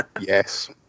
Yes